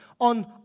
on